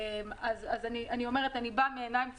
אני באה מעיניים צרכניות.